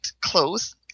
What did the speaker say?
close